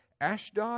Ashdod